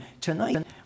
Tonight